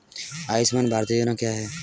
आयुष्मान भारत योजना क्या है?